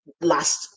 last